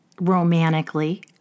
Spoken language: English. romantically